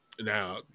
Now